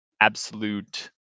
absolute